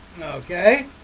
okay